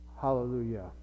Hallelujah